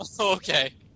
Okay